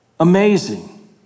Amazing